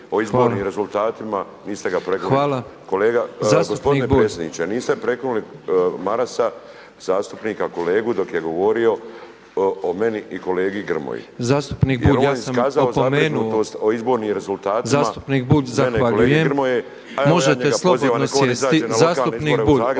zastupnik Bulj, zahvaljujem. Možete slobodno sjesti, zastupnik Bulj,